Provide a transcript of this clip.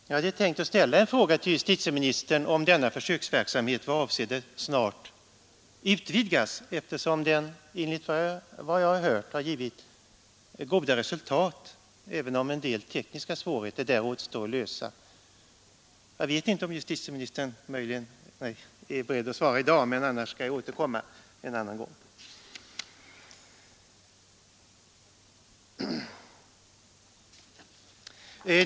Jag hade tänkt ställa en fråga till justitieministern, om denna försöksverksamhet var avsedd att snart utvidgas, eftersom den enligt vad jag har hört har givit goda resultat, även om en del tekniska svårigheter återstår att klara. Jag vet inte om justitieministern möjligen är beredd att svara i dag; annars skall jag återkomma en annan gång.